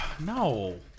No